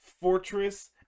fortress